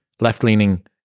Left-leaning